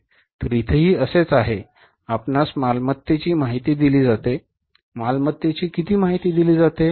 तर इथेही असेच आहे आपणास मालमत्तेची माहिती दिली जाते मालमत्तेची किती माहिती दिली जाते